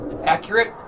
accurate